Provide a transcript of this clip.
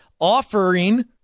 offering